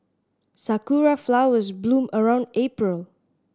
sakura flowers bloom around April